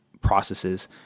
processes